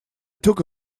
took